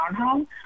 townhome